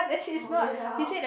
oh ya